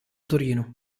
torino